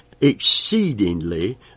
exceedingly